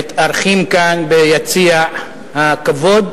שמתארחים כאן ביציע הכבוד.